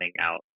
out